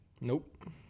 Nope